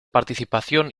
participación